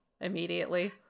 immediately